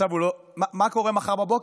מה קורה מחר בבוקר?